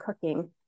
cooking